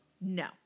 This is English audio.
No